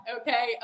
Okay